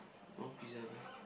I want pizza now